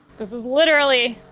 this is literally